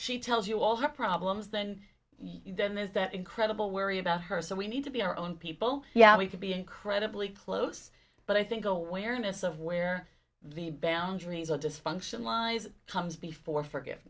she tells you all her problems then then there's that incredible worry about her so we need to be our own people yeah we could be incredibly close but i think awareness of where the boundaries of dysfunction lies comes before forg